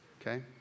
Okay